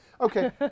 okay